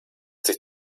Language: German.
sich